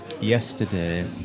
yesterday